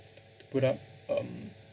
to put up um